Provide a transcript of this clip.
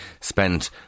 spent